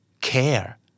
Care